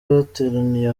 bateraniye